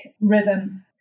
rhythm